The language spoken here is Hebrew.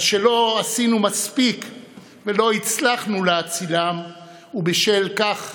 על שלא עשינו מספיק ולא הצלחנו להצילם ובשל כך